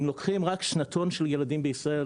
אם לוקחים רק שנתון של ילדים בישראל,